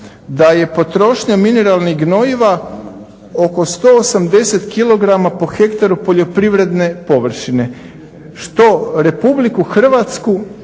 da je potrošnja mineralnih gnojiva oko 180 kg po hektaru poljoprivredne površine što Republiku Hrvatsku